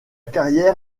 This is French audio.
carrière